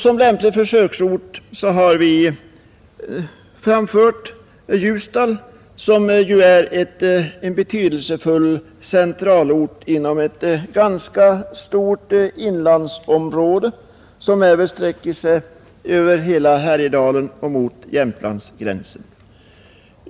Som lämplig försöksort har vi framfört Ljusdal, som ju är en betydelsefull centralort inom ett ganska stort inlandsområde, vilket även sträcker sig över hela Härjedalen och mot Jämtlandsgränsen.